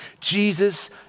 Jesus